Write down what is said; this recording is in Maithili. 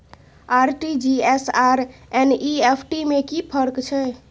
आर.टी.जी एस आर एन.ई.एफ.टी में कि फर्क छै?